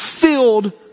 filled